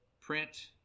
print